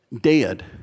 Dead